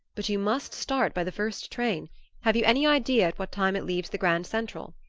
but you must start by the first train have you any idea at what time it leaves the grand central?